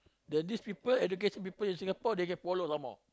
there's this people education people in Singapore they can follow some more